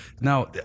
now